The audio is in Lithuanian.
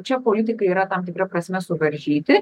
čia politikai yra tam tikra prasme suvaržyti